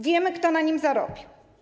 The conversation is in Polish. Wiemy, kto na nim zarobił.